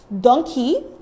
donkey